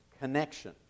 connection